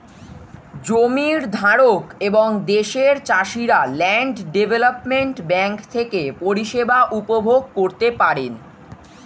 জমির ধারক এবং দেশের চাষিরা ল্যান্ড ডেভেলপমেন্ট ব্যাঙ্ক থেকে পরিষেবা উপভোগ করতে পারেন